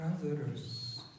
brothers